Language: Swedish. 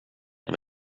jag